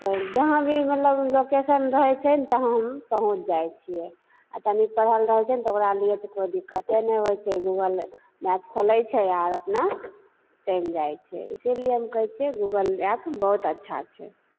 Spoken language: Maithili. तऽ जहाँ भी मतलब लोकेशन रहै छै ने तऽ हम पहुँच जाइ छिए आओर तनि पढ़ल रहै छै ने तऽ ओकरालिए कोइ दिक्कते नहि होइ छै गूगल मैप खोलै छै आओर अपना चलि जाइ छै इसीलिए हम कहै छिए गूगल एप बहुत अच्छा छै